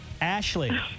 Ashley